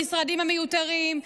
המשרדים המיותרים,